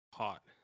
hot